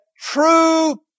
true